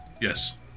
Yes